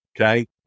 Okay